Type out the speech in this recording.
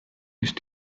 ist